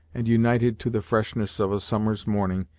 and, united to the freshness of a summer's morning,